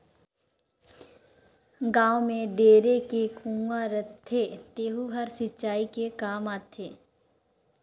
गाँव में ढेरे के कुँआ रहथे तेहूं हर सिंचई के काम आथे